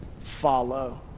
Follow